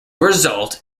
result